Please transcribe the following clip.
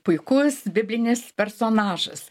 puikus biblinis personažas